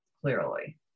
clearly